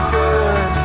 good